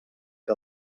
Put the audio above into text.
que